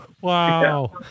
wow